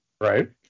Right